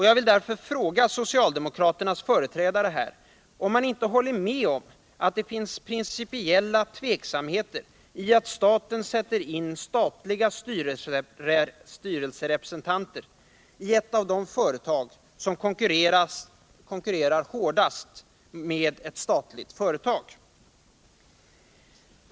Jag vill därför fråga socialdemokraternas företrädare här, om de inte håller med om att det finns principiella invändningar mot att staten sätter in statliga styrelserepresentanter i ett av de företag som konkurrerar hårdast med ett statligt företag.